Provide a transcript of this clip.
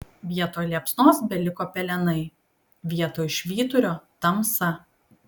vietoj liepsnos beliko pelenai vietoj švyturio tamsa